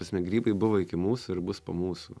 prasme grybai buvo iki mūsų ir bus po mūsų